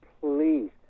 please